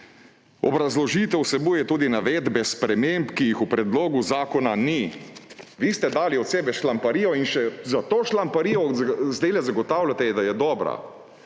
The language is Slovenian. »Obrazložitev vsebuje tudi navedbe sprememb, ki jih v predlogu zakona ni.« Vi ste dali od sebe šlamparijo in še za to šlamparijo zdajle zagotavljate, da je dobra!